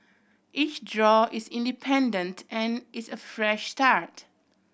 each draw is independent and is a fresh start